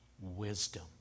wisdom